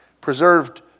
Preserved